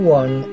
one